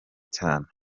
cyane